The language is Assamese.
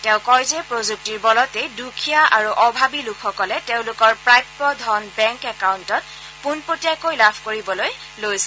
তেওঁ কয় যে প্ৰযুক্তিৰ বলতেই দুখীয়া আৰু অভাৱী লোকসকলে তেওঁলোকৰ প্ৰাপ্য ধন বেংক একাউণ্টত পোনপটীয়াকৈ লাভ কৰিবলৈ লৈছে